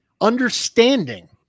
understanding